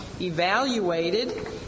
evaluated